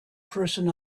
person